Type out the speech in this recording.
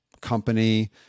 company